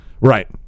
right